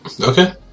Okay